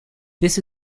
this